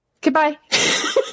Goodbye